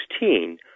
2016